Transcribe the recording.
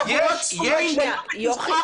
יוכי,